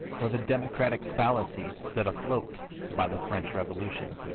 or the democratic fallacies set afloat by the french revolution.